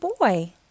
boy